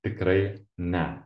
tikrai ne